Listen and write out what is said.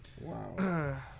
Wow